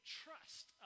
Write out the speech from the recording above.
trust